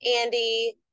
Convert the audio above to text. Andy